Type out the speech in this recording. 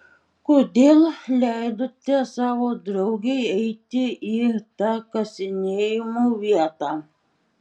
kodėl leidote savo draugei eiti į tą kasinėjimų vietą